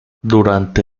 durante